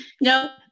No